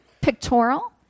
pictorial